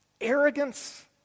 arrogance